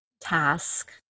task